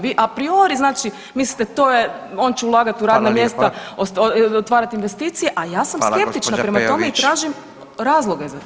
Vi a priori znači mislite to je, on će ulagati u radna mjesta, [[Upadica: Hvala lijepa.]] otvarati investicije, a ja sam skeptična [[Upadica: Hvala g. Peović.]] prema tome i tražim razloge za to.